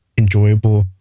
enjoyable